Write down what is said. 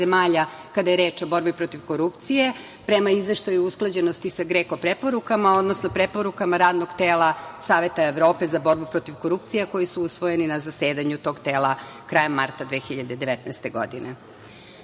kada je reč o borbi protiv korupcije, prema izveštaju o usklađenosti sa GREKO preporukama, odnosno preporukama Radnog tela Saveta Evrope za borbu protiv korupcije, koji su usvojeni na zasedanju tog tela krajem marta 2019.